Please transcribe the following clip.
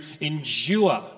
endure